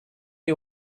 you